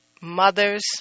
mother's